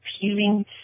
peeling